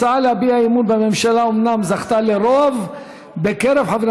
ההצעה להביע אי-אמון בממשלה אומנם זכתה לרוב בקרב חברי